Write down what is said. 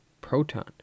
Proton